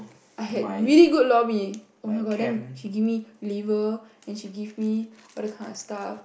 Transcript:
I had really good lor-mee oh-my-god then she give me liver and she give me all that kind of stuff